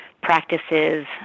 practices